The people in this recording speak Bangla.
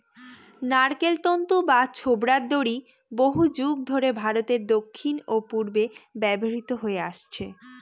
নারকোল তন্তু বা ছোবড়ার দড়ি বহুযুগ ধরে ভারতের দক্ষিণ ও পূর্বে ব্যবহৃত হয়ে আসছে